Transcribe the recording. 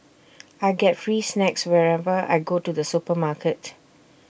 I get free snacks whenever I go to the supermarket